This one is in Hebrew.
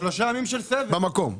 במקום.